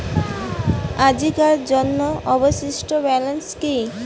আজিকার জন্য অবশিষ্ট ব্যালেন্স কি?